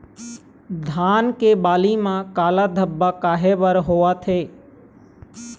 धान के बाली म काला धब्बा काहे बर होवथे?